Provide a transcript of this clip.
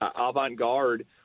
avant-garde